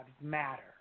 matter